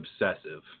obsessive